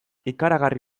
ikaragarri